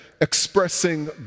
expressing